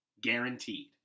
guaranteed